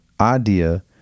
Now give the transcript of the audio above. idea